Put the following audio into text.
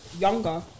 younger